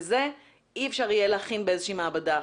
לזה אי אפשר יהיה להכין חיסון באיזושהי מעבדה.